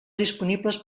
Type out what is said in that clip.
disponibles